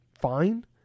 fine